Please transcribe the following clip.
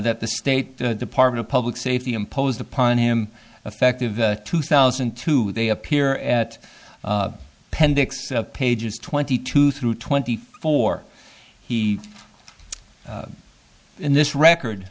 that the state department of public safety imposed upon him effective in two thousand and two they appear at pending pages twenty two through twenty four he in this record